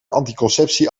anticonceptie